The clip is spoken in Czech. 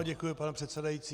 Děkuji, pane předsedající.